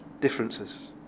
differences